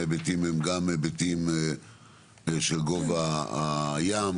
ההיבטים הם גם היבטים של גובה הים,